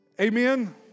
Amen